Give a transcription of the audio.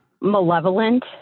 malevolent